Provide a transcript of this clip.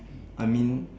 I mean